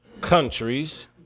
countries